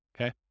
okay